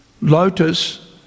lotus